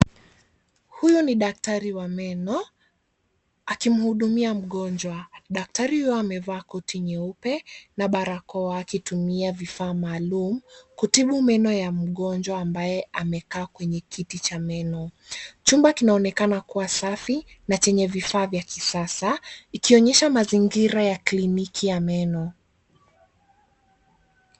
Huyu ni daktari wa meno akimhudumia mgonjwa. Daktari huyo amevaa koti nyeupe na barakoa akitumia vifaa maalum kutibu meno ya mgonjwa ambaye amekaa kwenye kiti cha meno. Chumba kinaonekana kuwa safi na chenye vifaa vya kisasa ikionyesha mazingira ya kliniki ya meno.